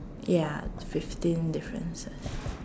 ya fifteen differences